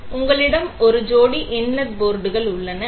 எனவே உங்களிடம் ஒரு ஜோடி இன்லெட் போர்ட்கள் உள்ளன